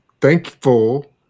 thankful